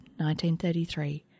1933